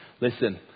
listen